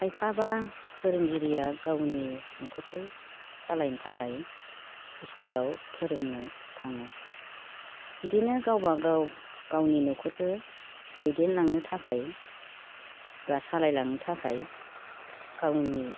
खायफाबा फोरोंगिरिया गावनि न'खरखौ सालायनो थाखाय इस्कुलाव फोरोंनो थाङो बिदिनो गावबा गाव गावनि न'खरखो दैदेनलांनो थाखाय बा सालायलांनो थाखाय गावनि